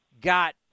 got